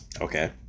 Okay